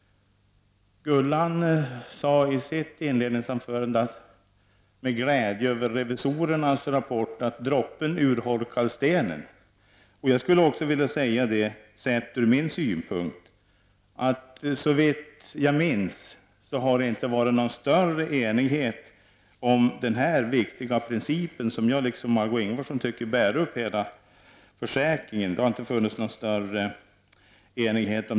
Gullan Lindblad sade med glädje över revisorernas rapport i sitt inledningsanförande att droppen urholkar stenen. Jag skulle sett ur min synpunkt vilja säga, att det såvitt jag minns inte har rått någon större enighet tidigare om denna viktiga princip som jag, liksom Margö Ingvardsson, tycker bär upp hela försäkringen.